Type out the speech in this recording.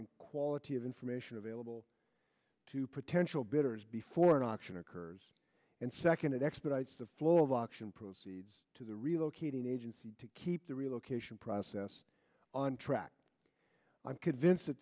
and quality of information available to potential bidders before an auction occurs and second it expedites the flow of auction proceeds to the relocating agency to keep the relocation process on track i'm convinced that